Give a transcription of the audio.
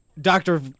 Doctor